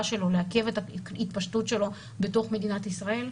שלו ולעכב את ההתפשטות שלו בתוך מדינת ישראל,